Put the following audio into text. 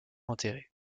enterré